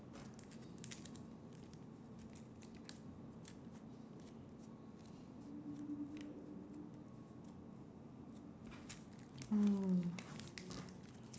oh